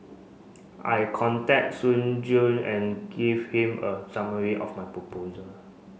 I contact Soon Juan and gave him a summary of my proposal